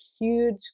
huge